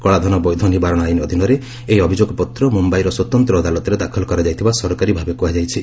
କଳାଧନ ବୈଧ ନିବାରଣ ଆଇନ୍ ଅଧୀନରେ ଏହି ଅଭିଯୋଗପତ୍ର ମୁମ୍ବାଇର ସ୍ୱତନ୍ତ ଅଦାଲତରେ ଦାଖଲ କରାଯାଇଥିବା ସରକାରୀ ଭାବେ କୁହାଯାଇଛି